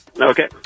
Okay